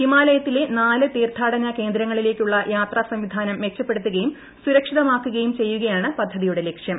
ഹിമാലയത്തിലെ നാല് തീർത്ഥാടന കേന്ദ്രങ്ങളിലേക്കുള്ള യാത്രാ സംവിധാനം മെച്ചപ്പെടുത്തുകയും സുരക്ഷിതമാക്കുകയും ചെയ്യുകയാണ് പദ്ധതിയുടെ ലക്ഷ്യം